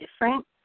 different